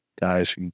guys